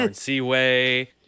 Seaway